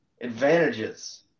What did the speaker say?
advantages